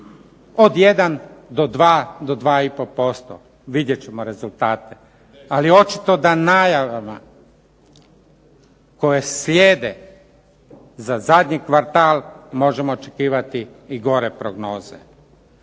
od 1 do 2,5%, vidjet ćemo rezultate. Ali očito da najavama koje slijede za zadnji kvartal možemo očekivati i gore prognoze.